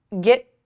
get